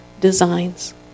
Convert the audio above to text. designs